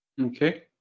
Okay